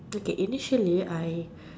okay initially I